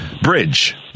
bridge